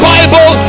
Bible